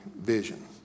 vision